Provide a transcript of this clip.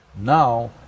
Now